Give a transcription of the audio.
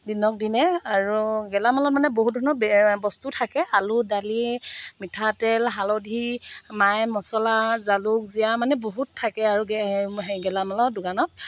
দিনক দিনে আৰু গেলামালত মানে বহুত ধৰণৰ বস্তুও থাকে আলু দালি মিঠাতেল হালধি মাই মাচলা জালুক জিয়া মানে বহুত থাকে আৰু মানে হেৰি গেলামালৰ দোকানত